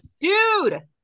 Dude